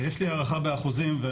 יש לי הערכה באחוזים,